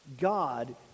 God